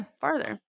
farther